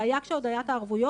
זה היה כשעוד היה את הערבויות,